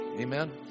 Amen